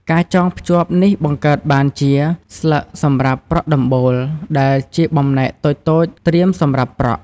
ការចងភ្ជាប់នេះបង្កើតបានជា ស្លឹកសម្រាប់ប្រក់ដំបូល ដែលជាបំណែកតូចៗត្រៀមសម្រាប់ប្រក់។